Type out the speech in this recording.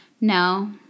No